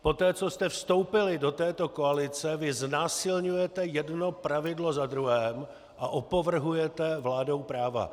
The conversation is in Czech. Poté co jste vstoupili do této koalice, vy znásilňujete jedno pravidlo za druhým a opovrhujete vládou práva.